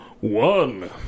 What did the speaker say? one